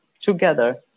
together